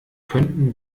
könnten